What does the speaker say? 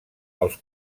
els